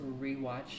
rewatch